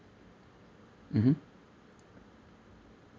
mmhmm